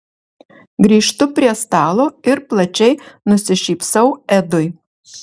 grįžtu prie stalo ir plačiai nusišypsau edui